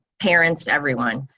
parents, everyone.